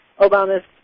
Obama's